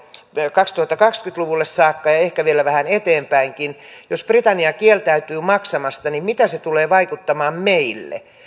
kaksituhattakaksikymmentä luvulle saakka ja ehkä vielä vähän eteenpäinkin jos britannia kieltäytyy maksamasta niin miten se tulee vaikuttamaan meihin